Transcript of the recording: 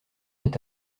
est